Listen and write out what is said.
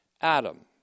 Adam